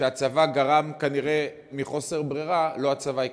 שהצבא גרם כנראה מחוסר ברירה, הצבא,